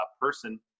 person